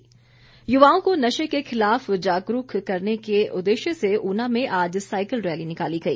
cycle rally युवाओं को नशे के खिलाफ जागरूक करने के उद्देश्य से ऊना में आज साइकिल रैली निकाली गई